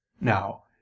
Now